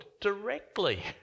directly